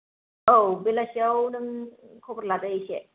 औ बेलासिआव नों खबर लादो एसे